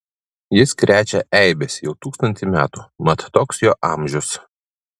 jis krečia eibes jau tūkstantį metų mat toks jo amžius